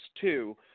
two